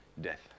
Death